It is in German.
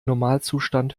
normalzustand